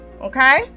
okay